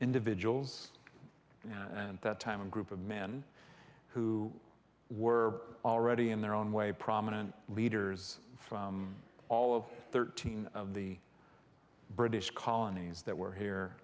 individuals and that time a group of men who were already in their own way prominent leaders from all over thirteen of the british colonies that were here